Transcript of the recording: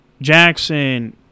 Jackson –